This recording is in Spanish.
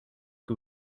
que